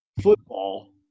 Football